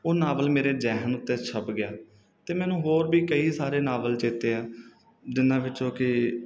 ਉਹ ਨਾਵਲ ਮੇਰੇ ਜਿਹਨ ਉੱਤੇ ਛਪ ਗਿਆ ਅਤੇ ਮੈਨੂੰ ਹੋਰ ਵੀ ਕਈ ਸਾਰੇ ਨਾਵਲ ਚੇਤੇ ਆ ਜਿਹਨਾਂ ਵਿੱਚੋਂ ਕਿ